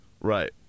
Right